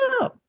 No